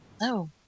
No